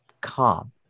calm